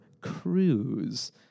cruise